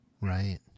right